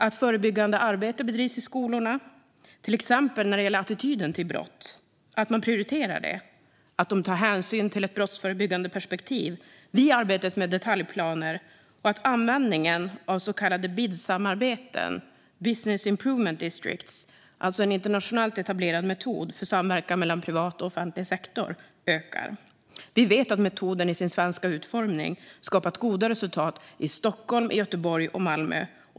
Det kan handla om att prioritera förebyggande arbete i skolorna, till exempel när det gäller attityden till brott, om att ta hänsyn till ett brottsförebyggande perspektiv vid arbetet med detaljplaner och om att öka användningen av så kallade BID-samarbeten, business improvement districts, som är en internationellt etablerad metod för samverkan mellan privat och offentlig sektor. Vi vet att metoden i sin svenska utformning skapat goda resultat i Stockholm, Göteborg och Malmö.